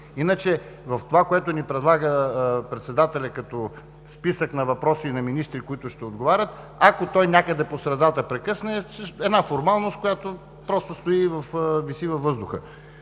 Иначе, в това, което ни предлага председателят като списък на въпроси на министри, които ще отговарят, ако той някъде по средата прекъсне – една формалност, която просто виси във въздуха.